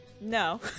No